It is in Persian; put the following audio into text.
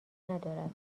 ندارد